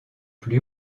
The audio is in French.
plus